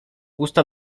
usta